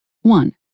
One